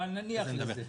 אבל נניח לזה.